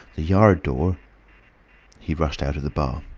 the yard door he rushed out of the bar.